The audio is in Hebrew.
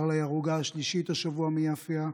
קארלה היא ההרוגה השלישית השבוע מיפיע,